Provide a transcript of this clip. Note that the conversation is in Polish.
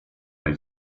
tej